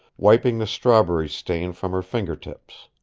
wiping the strawberry stain from her finger-tips.